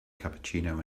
cappuccino